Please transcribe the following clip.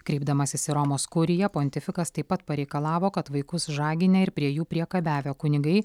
kreipdamasis į romos kuriją pontifikas taip pat pareikalavo kad vaikus žaginę ir prie jų priekabiavę kunigai